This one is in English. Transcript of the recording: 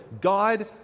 God